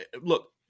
Look